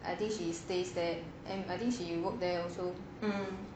I think she stays there and I think she work there also